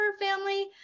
family